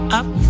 up